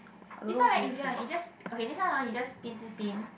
this one very easy one you just okay this one hor you just spin spin spin